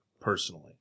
personally